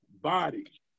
Body